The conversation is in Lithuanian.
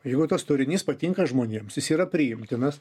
jeigu tas turinys patinka žmonėm jis yra priimtinas